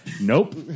Nope